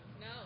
No